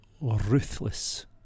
ruthless